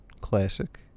Classic